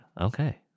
okay